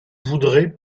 voudraient